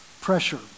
pressure